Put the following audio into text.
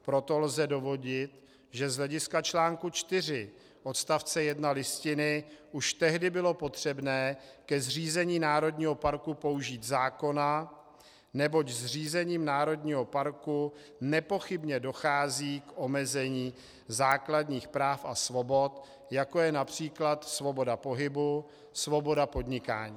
Proto lze dovodit, že z hlediska článku 4 odst. 1 Listiny už tehdy bylo potřebné ke zřízení národního parku použít zákona, neboť zřízením národního parku nepochybně dochází k omezení základních práv a svobod, jako je například svoboda pohybu, svoboda podnikání.